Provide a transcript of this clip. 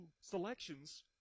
selections